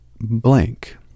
blank